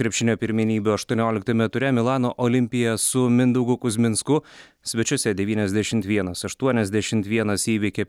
krepšinio pirmenybių aštuonioliktame ture milano olimpia su mindaugu kuzminsku svečiuose devyniasdešimt vienas aštuoniasdešimt vienas įveikė